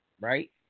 right